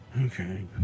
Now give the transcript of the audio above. Okay